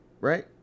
right